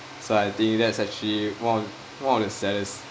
so I think that's actually one one of the saddest